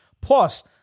Plus